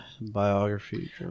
Biography